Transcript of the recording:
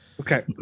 Okay